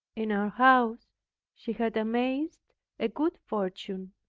in our house she had amassed a good fortune,